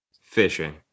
fishing